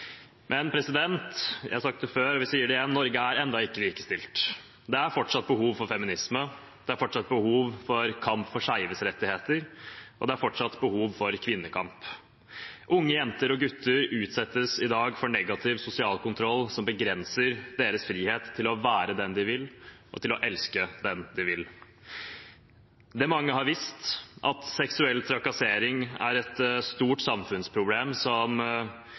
Men – jeg har sagt det før, og jeg sier det igjen: Norge er ennå ikke likestilt. Det er fortsatt behov for feminisme, det er fortsatt behov for kamp for skeives rettigheter, og det er fortsatt behov for kvinnekamp. Unge jenter og gutter utsettes i dag for negativ sosial kontroll som begrenser deres frihet til å være den de vil, og til å elske den de vil. Det mange har visst, at seksuell trakassering er et stort samfunnsproblem som